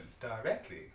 directly